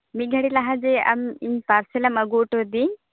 ᱢᱤᱫ ᱜᱷᱟᱹᱲᱤᱡ ᱞᱟᱦᱟᱡᱮ ᱟᱢ ᱤᱧ ᱯᱟᱨᱥᱮᱞ ᱮᱢ ᱟᱹᱜᱩ ᱦᱚᱴᱚ ᱟᱹᱫᱤᱧ